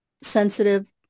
sensitive